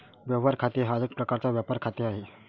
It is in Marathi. व्यवहार खाते हा एक प्रकारचा व्यापार खाते आहे